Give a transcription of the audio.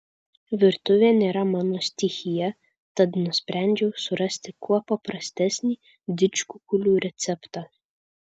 virtuvė nėra mano stichija tad nusprendžiau surasti kuo paprastesnį didžkukulių receptą